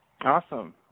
Awesome